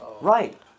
right